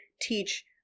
teach